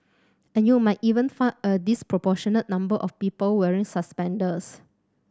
and you might even find a disproportionate number of people wearing suspenders